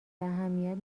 اهمیت